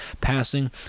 passing